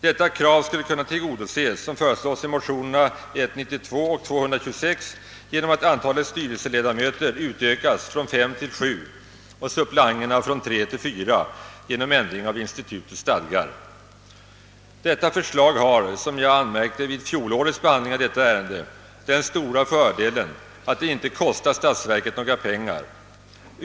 Detta krav skulle kunna tillgodoses, som föreslås i motionerna 1:92 och II: 126, genom att antalet styrelseledamöter ökas från fem till sju och antalet suppleanter från tre till fyra genom ändring av institutets stadgar. Förslaget har, som jag anmärkte vid fjolårets behandling av ärendet, den stora fördelen att det inte kostar statsverket några pengar.